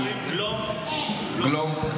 אומרים גלופגלופ.